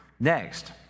Next